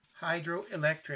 hydroelectric